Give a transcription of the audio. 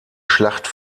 schlacht